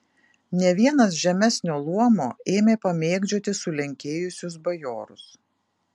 ne vienas žemesnio luomo ėmė pamėgdžioti sulenkėjusius bajorus